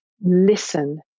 listen